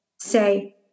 say